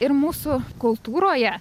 ir mūsų kultūroje